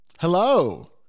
Hello